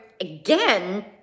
again